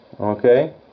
Okay